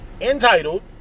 entitled